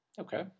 Okay